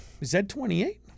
Z28